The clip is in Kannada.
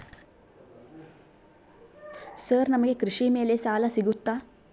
ಸರ್ ನಮಗೆ ಕೃಷಿ ಮೇಲೆ ಸಾಲ ಸಿಗುತ್ತಾ?